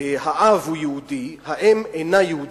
האב הוא יהודי, האם אינה יהודייה,